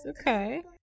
Okay